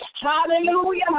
Hallelujah